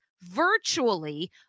virtually